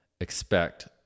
expect